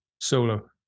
Solo